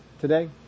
today